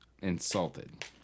insulted